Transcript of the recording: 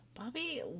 Bobby